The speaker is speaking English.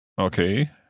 Okay